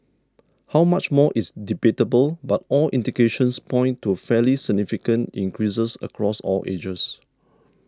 how much more is debatable but all indications point to fairly significant increases across all ages